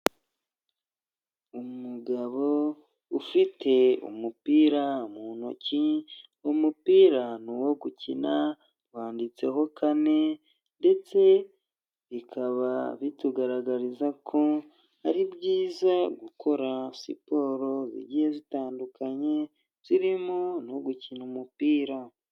Umugabo ufite umupira mu ntoki umupira ni uwo gukina wanditseho kane ndetse bikaba bitugaragariza ko ari byiza gukora siporo zigiye zitandukanye zirimo no gukina umupira.